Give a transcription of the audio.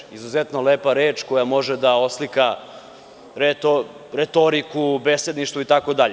To je izuzetno lepa reč koja može da oslika retoriku, besedništvu itd.